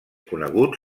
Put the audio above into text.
coneguts